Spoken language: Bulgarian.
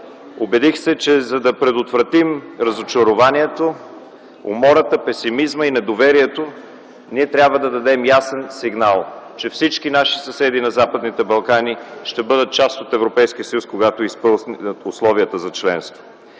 Убедих се, че за да предотвратим разочарованието, умората, песимизма и недоверието, трябва да дадем ясен сигнал, че всички наши съседи на Западните Балкани ще бъдат част от Европейския съюз, когато изпълнят условията за членство.